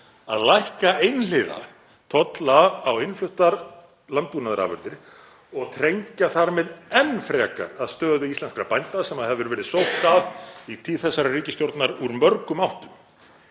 að lækka einhliða tolla á innfluttar landbúnaðarafurðir og þrengja þar með enn frekar að stöðu íslenskra bænda, sem hefur verið sótt að í tíð þessarar ríkisstjórnar úr mörgum áttum?